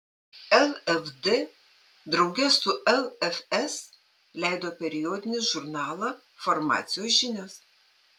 lvd drauge su lfs leido periodinį žurnalą farmacijos žinios